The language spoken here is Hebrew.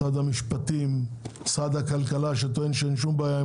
משרד המשפטים ומשרד הכלכלה שטוען שאין שום בעיה עם